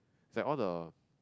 is like all the